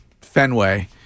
Fenway